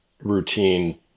routine